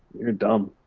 you're dumb,